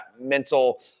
mental